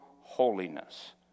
holiness